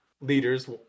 leaders